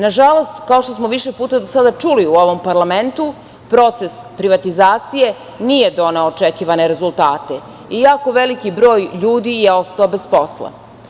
Nažalost, kao što smo više puta do sada čuli u ovom parlamentu, proces privatizacije nije doneo očekivane rezultate i jako veliki broj ljudi je ostao bez posla.